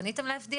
פניתם אליו?